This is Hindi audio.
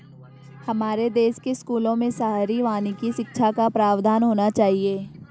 हमारे देश के स्कूलों में शहरी वानिकी शिक्षा का प्रावधान होना चाहिए